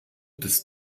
des